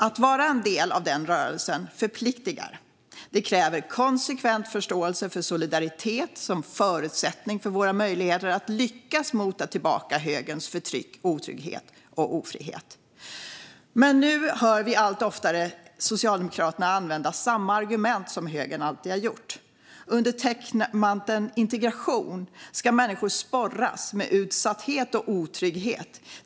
Att vara en del av den rörelsen förpliktar. Det kräver konsekvent förståelse för solidaritet som förutsättning för våra möjligheter att lyckas mota tillbaka högerns förtryck, otrygghet och ofrihet. Men nu hör vi allt oftare Socialdemokraterna använda samma argument som högern alltid har gjort. Under täckmanteln integration ska människor sporras med utsatthet och otrygghet.